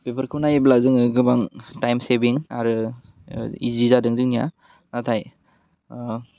बेफोरखौ नाइयोब्ला जोङो गोबां टाइम सेबिं आरो ओह इजि जादों जोंनिया नाथाय ओह